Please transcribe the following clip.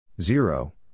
Zero